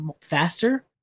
faster